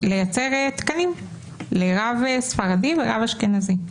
לייצר תקנים לרב ספרדי ולרב אשכנזי.